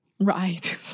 right